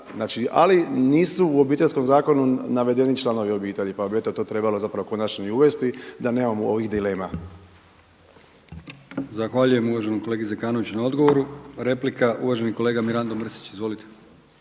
ali nisu u Obiteljskom zakonu navedeni članovi obitelji, pa bi eto to trebalo zapravo konačno i uvesti da nemamo ovih dilema. **Brkić, Milijan (HDZ)** Zahvaljujem uvaženom kolegi Zekanoviću na odgovoru. Replika uvaženi kolega Mirando Mrsić. Izvolite.